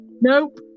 Nope